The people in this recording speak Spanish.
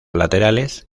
laterales